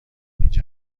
اینجا